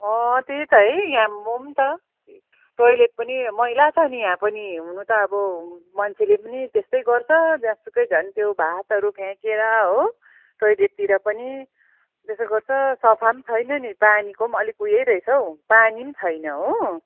अँ त्यही त है यहाँ म पनि त टोइलेट पनि मैला छ नि यहाँ पनि हुनु त अब मान्छेले पनि त्यस्तै गर्छ जहाँसुकै झन् त्यो भातहरू फ्याँकेर हो टोइलेटतिर पनि त्यसो गर्छ सफा पनि छैन नि पानीको पनि अलिक ऊ यो रहेछ हौ पानी पनि छैन हो